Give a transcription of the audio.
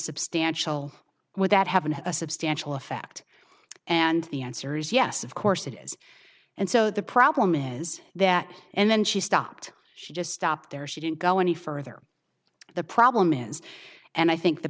substantial would that have a substantial effect and the answer is yes of course it is and so the problem is that and then she stopped she just stopped there she didn't go any further the problem is and i think the